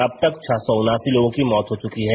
अब तक छह सौ उनासी लोगों की मौत हो चुकी है